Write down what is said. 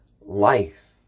life